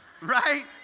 right